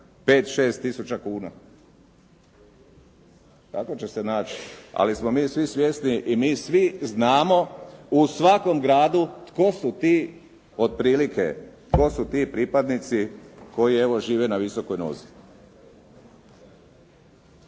5, 6 tisuća kuna? Tako će se naći, ali smo mi svi svjesni i mi svi znamo u svakom gradu tko su ti otprilike, otprilike tko su ti pripadnici koji evo žive na visokoj nozi.